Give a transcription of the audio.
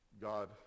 God